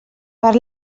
per